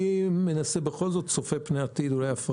הבנתי.